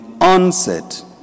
onset